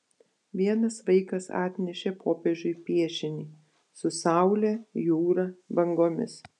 vienas vaikas atnešė popiežiui piešinį su saule jūra bangomis